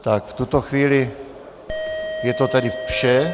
V tuto chvíli je to tedy vše.